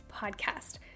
Podcast